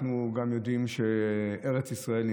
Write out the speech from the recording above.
אנחנו גם יודעים שארץ ישראל,